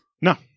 No